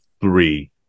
three